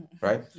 right